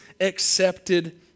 accepted